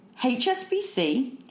HSBC